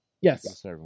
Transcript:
Yes